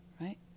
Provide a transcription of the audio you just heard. right